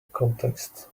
contexts